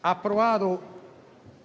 approvato